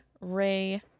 Ray